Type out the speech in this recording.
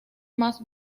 más